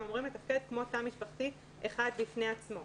הם אמורים לתפקד כמו תא משפחתי אחד בפני עצמו.